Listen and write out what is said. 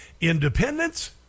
Independence